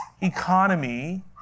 economy